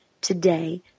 today